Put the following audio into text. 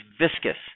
viscous